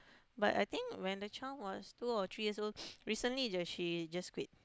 but I think when the child was two or three years old recently sahaja she just quit